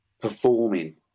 performing